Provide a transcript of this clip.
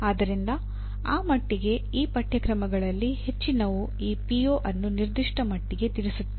ಆದ್ದರಿಂದ ಆ ಮಟ್ಟಿಗೆ ಈ ಪಠ್ಯಕ್ರಮಗಳಲ್ಲಿ ಹೆಚ್ಚಿನವು ಈ ಪಿಒ ಅನ್ನು ನಿರ್ದಿಷ್ಟ ಮಟ್ಟಿಗೆ ತಿಳಿಸುತ್ತವೆ